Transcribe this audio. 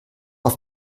auf